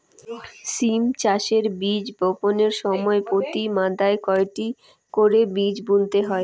সিম চাষে বীজ বপনের সময় প্রতি মাদায় কয়টি করে বীজ বুনতে হয়?